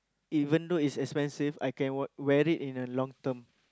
even though it's expensive I can wear wear it in the long term